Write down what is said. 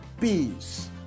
Peace